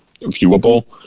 viewable